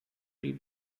tree